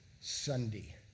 Sunday